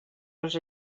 els